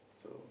so